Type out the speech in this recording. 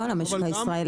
לא על המשק הישראלי,